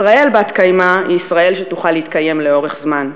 ישראל בת-קיימא היא ישראל שתוכל להתקיים לאורך זמן,